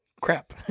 crap